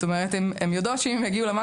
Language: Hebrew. אני אגיד שאולי הוא חלם בלילה.